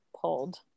pulled